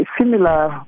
similar